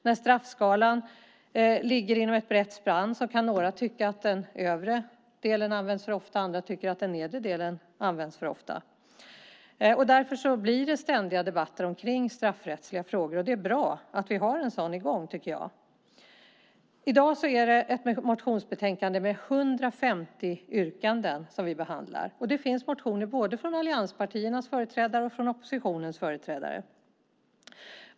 När straffskalan har ett brett spann kan några tycka att den övre delen används för ofta, andra att den nedre delen används för ofta. Därför blir det ständigt debatter om straffrättsliga frågor. Det är bra att vi har en sådan i gång. I dag behandlar vi ett motionsbetänkande med 150 yrkanden. Det finns motioner både från allianspartiernas företrädare och från oppositionens företrädare.